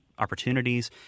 opportunities